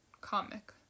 comic